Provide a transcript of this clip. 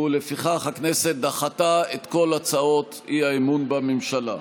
ולפיכך הכנסת דחתה את כל הצעות האי-אמון בממשלה.